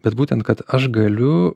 bet būtent kad aš galiu